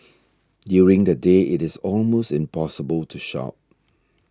during the day it is almost impossible to shop